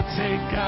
take